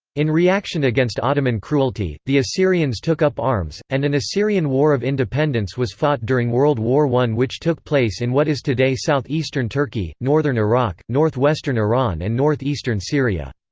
in reaction against ottoman cruelty, the assyrians took up arms, and an assyrian war of independence was fought during world war i which took place in what is today south eastern turkey, northern iraq, north western iran and north eastern syria.